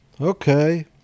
Okay